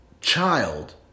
child